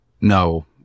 no